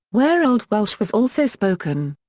where old welsh was also spoken.